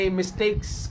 mistakes